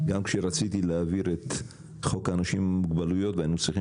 גם כשרציתי להעביר את חוק האנשים עם המוגבלויות והיינו צריכים